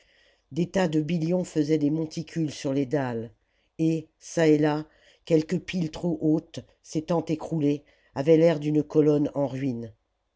des tas de blllon faisaient des monticules sur les dalles et çà et là quelque pile trop haute s'étant écroulée avait l'air d'une colonne en ruine